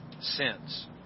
sins